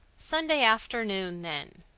sunday afternoon, then,